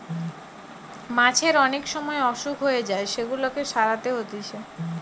মাছের অনেক সময় অসুখ হয়ে যায় সেগুলাকে সারাতে হতিছে